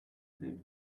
bed